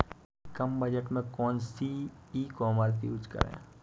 कम budget में कौन सी ई कॉमर्स यूज़ करें?